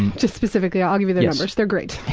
just specifically i'll give you their numbers, they're great.